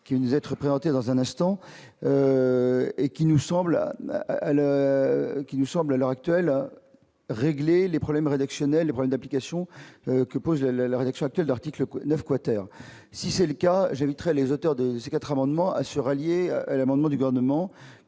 qui nous être présenté dans un instant et qui nous semble à l'heure qui nous semble à l'heure actuelle à régler les problèmes rédactionnels et moins d'applications que pose la la rédaction actuelle, l'article 9 quater si c'est le cas, j'éviterai les auteurs de ces 4 amendements à se rallier à l'amendement du gouvernement